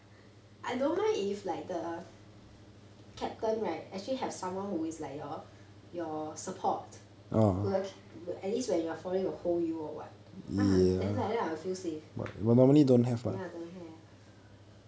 I don't mind if like the captain right actually has someone who is like your your support who will at least when you are falling will hold you or [what] ah then like that I'll feel safe ya don't have